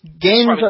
game's